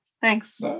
Thanks